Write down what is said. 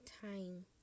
time